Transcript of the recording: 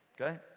Okay